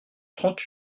trente